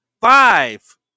five